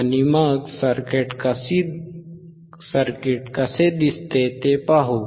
आणि मग सर्किट कसे दिसते ते पाहू